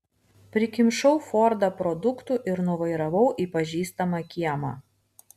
prikimšau fordą produktų ir nuvairavau į pažįstamą kiemą